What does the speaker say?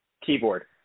keyboard